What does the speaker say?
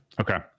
Okay